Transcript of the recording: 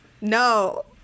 No